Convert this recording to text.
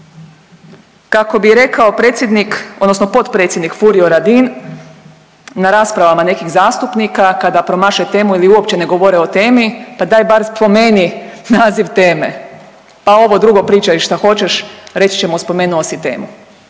odnosno potpredsjednik Furio Radin na raspravama nekih zastupnika kada promaše temu ili uopće ne govore o temi, pa daj bar spomeni naziv teme, pa ovo drugo pričaj šta hoćeš, reći ćemo spomenuo si temu.